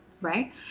right